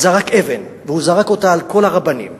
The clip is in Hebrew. זרק אבן, והוא זרק אותה על כל הרבנים.